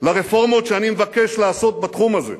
לרפורמות שאני מבקש לעשות בתחום הזה.